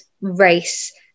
race